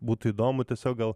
būtų įdomu tiesiog gal